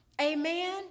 Amen